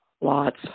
Lots